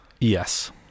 Yes